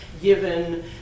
given